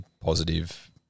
positive